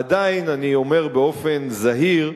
עדיין אני אומר, באופן זהיר,